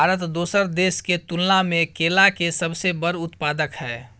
भारत दोसर देश के तुलना में केला के सबसे बड़ उत्पादक हय